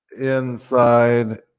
inside